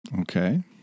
okay